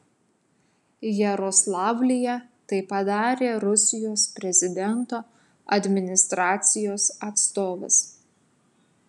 jaroslavlyje tai padarė rusijos prezidento administracijos atstovas